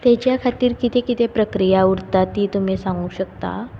ताचे खातीर कितें कितें प्रक्रिया लागता ती तुमी सांगू शकता